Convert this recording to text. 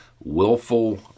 willful